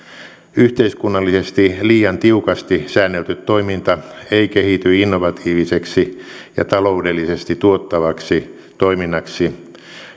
yhteiskunnallisesti liian tiukasti säännelty toiminta ei kehity innovatiiviseksi ja taloudellisesti tuottavaksi toiminnaksi